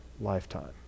lifetime